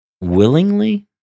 willingly